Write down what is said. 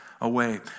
away